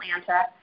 Atlanta